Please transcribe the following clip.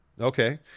Okay